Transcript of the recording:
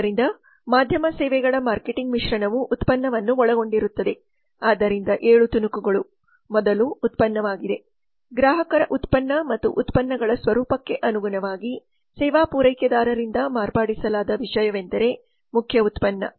ಆದ್ದರಿಂದ ಮಾಧ್ಯಮ ಸೇವೆಗಳ ಮಾರ್ಕೆಟಿಂಗ್ ಮಿಶ್ರಣವು ಉತ್ಪನ್ನವನ್ನು ಒಳಗೊಂಡಿರುತ್ತದೆ ಆದ್ದರಿಂದ 7 ತುಣುಕುಗಳು ಮೊದಲು ಉತ್ಪನ್ನವಾಗಿದೆ ಗ್ರಾಹಕರ ಉತ್ಪನ್ನ ಮತ್ತು ಉತ್ಪನ್ನಗಳ ಸ್ವರೂಪಕ್ಕೆ ಅನುಗುಣವಾಗಿ ಸೇವಾ ಪೂರೈಕೆದಾರರಿಂದ ಮಾರ್ಪಡಿಸಲಾದ ವಿಷಯವೆಂದರೆ ಮುಖ್ಯ ಉತ್ಪನ್ನ